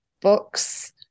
books